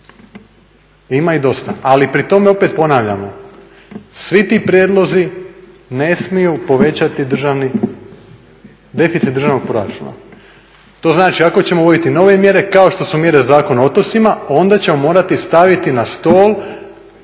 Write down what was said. Ima ih dosta. Ali pri tome opet ponavljamo, svi ti prijedlozi ne smiju povećati deficit državnog proračuna. To znači ako ćemo uvoditi nove mjere kao što su mjere Zakon o otocima, onda ćemo morati staviti na stol